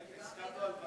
רגע, הסכמנו על ועדה?